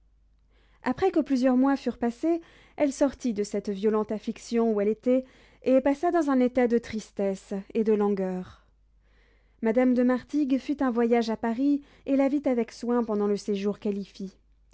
après que plusieurs mois furent passés elle sortit de cette violente affliction où elle était et passa dans un état de tristesse et de langueur madame de martigues fit un voyage à paris et la vit avec soin pendant le séjour